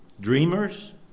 dreamers